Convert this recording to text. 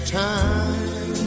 time